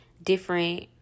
different